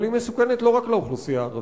אבל היא מסוכנת לא רק לאוכלוסייה הערבית,